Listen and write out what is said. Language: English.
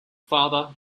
father